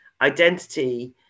identity